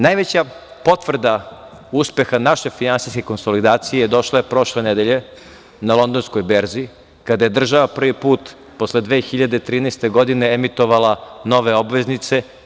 Najveća potvrda uspeha naše finansijske konsolidacije došla je prošle nedelje na Londonskoj berzi kada je država prvi put posle 2013. godine emitovala nove obveznice.